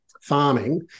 farming